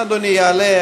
אדוני יעלה.